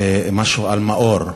משהו על מאור.